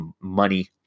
money